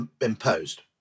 imposed